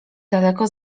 daleko